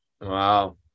Wow